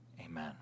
Amen